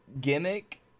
gimmick